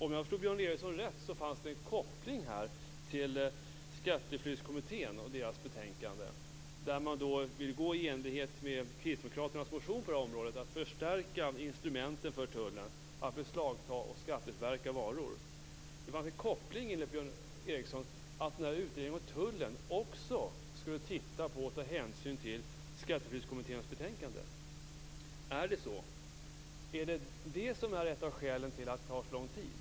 Om jag förstod Björn Ericson rätt fanns det en koppling till Skatteflyktskommittén och dess betänkande. Man vill i enlighet med Kristdemokraternas motion på detta område förstärka tullens instrument när det gäller att beslagta och skatteförverka varor. Det fanns enligt Björn Ericson en koppling. Utredningen om tullen skulle också titta på och ta hänsyn till Skatteflyktskommitténs betänkande. Är det så? Är det detta som är skälet till att det tar så lång tid?